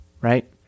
right